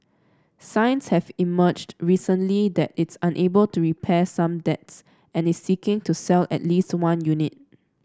signs have emerged recently that it's unable to repay some debts and is seeking to sell at least one unit